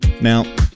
Now